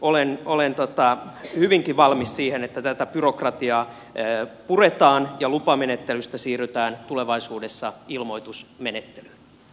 minä olen hyvinkin valmis siihen että tätä byrokratiaa puretaan ja lupamenettelystä siirrytään tulevaisuudessa ilmoitusmenettelyyn